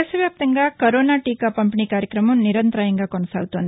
దేశవ్యాప్తంగా కరోనా టీకా పంపిణీ కార్యక్రమం నిరంతరాయంగా కొససాగుతోంది